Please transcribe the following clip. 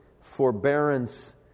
forbearance